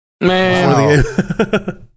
man